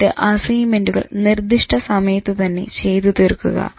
എന്നിട്ട് അസൈന്മെന്റുകൾ നിർദിഷ്ട സമയത്തു തന്നെ ചെയ്തു തീർക്കുക